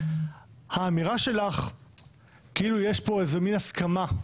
האמירה שלך כאילו יש פה איזו מין הסכמה,